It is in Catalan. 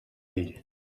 ell